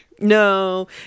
No